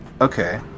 Okay